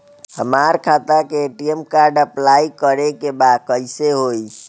हमार खाता के ए.टी.एम कार्ड अप्लाई करे के बा कैसे होई?